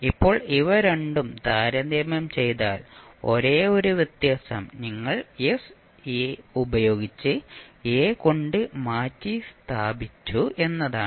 ഇപ്പോൾ ഇവ രണ്ടും താരതമ്യം ചെയ്താൽ ഒരേയൊരു വ്യത്യാസം നിങ്ങൾ s ഉപയോഗിച്ച് a കൊണ്ട് മാറ്റിസ്ഥാപിച്ചു എന്നതാണ്